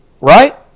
Right